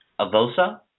Avosa